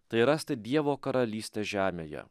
tai rasti dievo karalystę žemėje